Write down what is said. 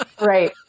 right